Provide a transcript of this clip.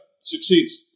succeeds